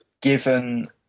Given